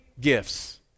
gifts